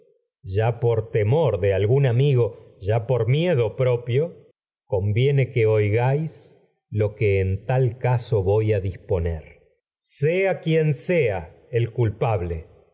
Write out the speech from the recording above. ya por temor algún amigo ya en miedo propio conviene que sea oigáis lo que el tal caso a voy a disponer sea quien de esta culpable